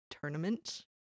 tournament